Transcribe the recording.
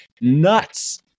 nuts